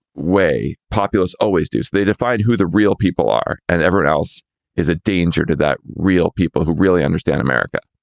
way populists always do. they define who the real people are. and ever else is a danger to that, real people who really understand america.